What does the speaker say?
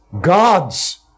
God's